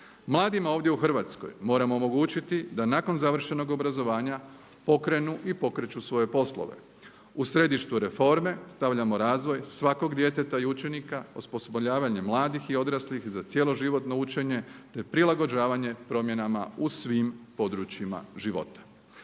Mladima ovdje u Hrvatskoj moramo omogućiti da nakon završenog obrazovanja pokrenu i pokreću svoje poslove. U središte reforme stavljamo razvoj svakog djeteta i učenika, osposobljavanje mladih i odraslih za cjeloživotno učenje te prilagođavanje promjenama u svim područjima života.